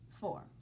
Four